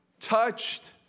touched